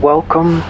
Welcome